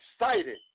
excited